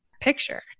picture